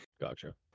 Gotcha